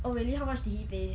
oh really how much did he pay